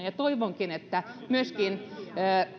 ja toivonkin että myöskin